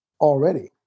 already